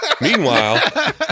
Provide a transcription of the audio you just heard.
Meanwhile